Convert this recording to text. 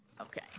Okay